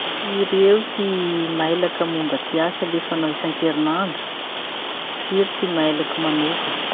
Firy eo ty mailaky momba ty asa alefanao isankerinandro? Firy ty mailaky manoka?